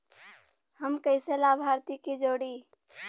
हम कइसे लाभार्थी के जोड़ी?